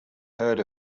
heard